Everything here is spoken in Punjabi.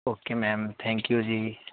ਓਕੇ ਮੈਮ ਥੈਂਕ ਯੂ ਜੀ